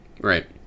Right